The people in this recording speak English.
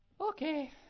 Okay